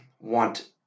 want